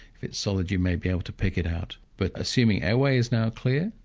if it's solid, you may be able to pick it out. but assuming airway is now clear,